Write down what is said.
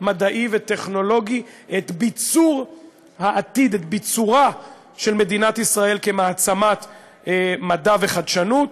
מדעי וטכנולוגי את ביצורה של מדינת ישראל כמעצמת מדע וחדשנות.